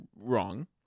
wrong